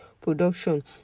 production